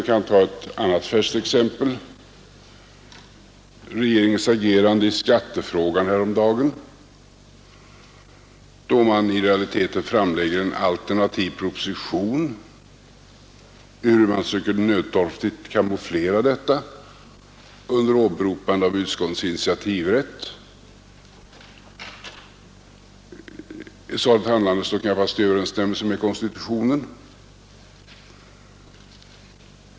Vi kan ta ett annat färskt exempel: regeringens agerande i skattefrågan häromdagen, då man i realiteten framlade en alternativ proposition, ehuru man sökt nödtorftigt kamouflera detta under åberopande av utskottens initiativrätt. Ett sådant handlande står knappast i överensstämmelse med konstitutionen.